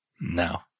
No